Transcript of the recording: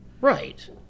Right